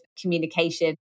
communication